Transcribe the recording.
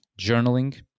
journaling